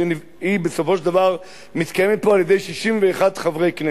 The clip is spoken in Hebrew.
שהיא בסופו של דבר מתקיימת פה על-ידי 61 חברי כנסת.